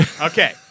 Okay